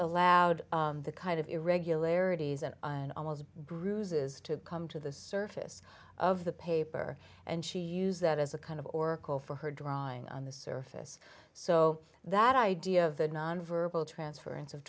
allowed the kind of irregularities and and almost bruises to come to the surface of the paper and she used that as a kind of oracle for her drawing on the surface so that idea of the nonverbal transference of